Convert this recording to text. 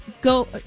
go